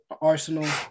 Arsenal